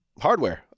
hardware